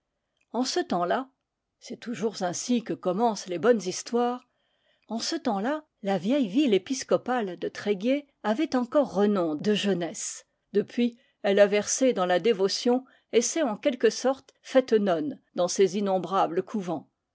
en ce temps-là c'est toujours ainsi que commencent les bonnes histoires en ce temps-là la vieille ville épiscopale de tréguier avait encore renom de jeunesse depuis elle a versé dans la dévotion et s'est en quelque sorte faite nonne dans ses innombrables couvents